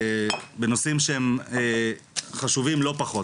בנושאים שהם חשובים לא פחות,